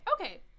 Okay